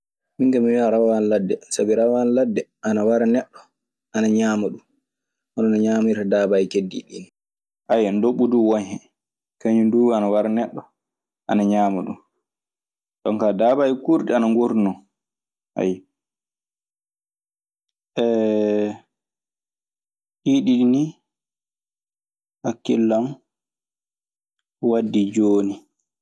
Minkaa mi wiyyan rawaandu ladde. Sabi rawaandu ladde ana wara neɗɗo ana ñaama ɗum honono ñaamirta daabaaji keddiiɗi ɗii ni. ndoɓɓu duu won hen. Kañun duu ana wara neɗɗo, ana ñaama ɗun. jonkaa daabaaji kuurɗi ana ngorri non. Ɗii ɗiɗi ni hŋkkillŋn waddi jooni.